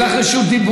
תהיה לך רשות דיבור,